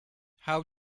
how